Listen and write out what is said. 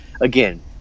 again